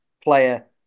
player